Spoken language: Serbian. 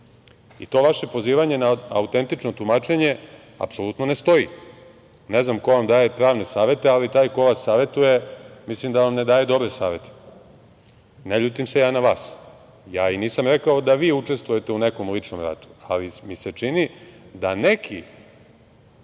i to vaše pozivanje na autentično tumačenje apsolutno ne stoji. Ne znam ko vam daje pravne savete, ali taj koji vas savetuje mislim da vam ne daje dobre savete. Ne ljutim se ja na vas. Ja i nisam rekao da vi učestvujete u nekom ličnom ratu, ali mi se čini da neki